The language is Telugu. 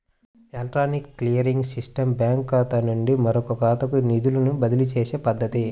ఎలక్ట్రానిక్ క్లియరింగ్ సిస్టమ్ బ్యాంకుఖాతా నుండి మరొకఖాతాకు నిధులను బదిలీచేసే పద్ధతి